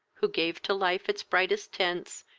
who gave to life its brightest tints,